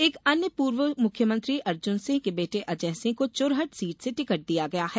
एक अन्य पूर्व मुख्यमंत्री अर्जुन सिंह के बेटे अजय सिंह को चुरहट सीट से टिकट दिया गया है